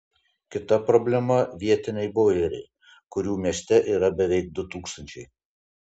kita problema vietiniai boileriai kurių mieste yra beveik du tūkstančiai